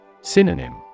Synonym